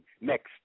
Next